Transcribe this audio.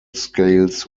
scales